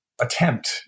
attempt